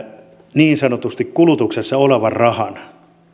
niin sanotusti kulutuksessa olevan rahan